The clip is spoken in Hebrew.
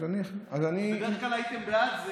אוקיי, אז אני, בדרך כלל הייתם בעד.